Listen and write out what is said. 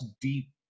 deep